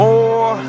More